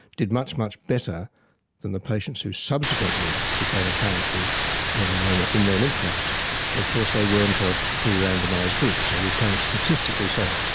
did much, much better than the patients who subsequently became apparent with melanoma in their lymph nodes, but of course they weren't a free randomised group, so you can't statistically say,